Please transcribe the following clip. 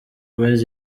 boyz